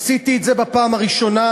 עשיתי את זה בפעם הראשונה,